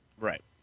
Right